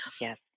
Yes